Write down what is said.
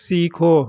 सीखो